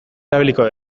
erabiliko